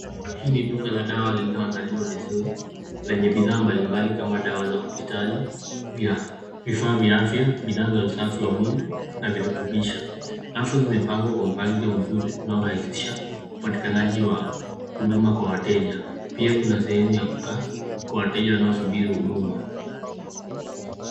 Hii ni duka la dawa lilioandaliwa vizuri, lenye bidhaa mbalimbali kama dawa za hospitali, vifaa vya afya, bidhaa za usafi wa mwili na virutubisho. Rafu zimepangwa kwa mpangilio mzuri unaorahisisha upatikanaji wa huduma kwa wateja. Pia kuna sehemu ya kukaa kwa wateja wanaosubiri huduma.